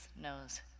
knows